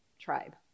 tribe